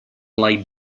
lied